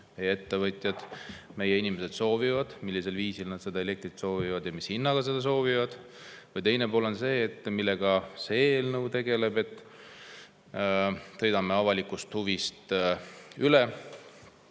meie ettevõtjad, meie inimesed tegelikult soovivad, millisel viisil nad elektrit soovivad ja mis hinnaga nad seda soovivad? Teine pool on see, millega see eelnõu tegeleb: sõidame avalikust huvist üle,